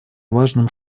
важным